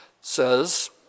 says